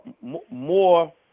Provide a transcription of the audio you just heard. more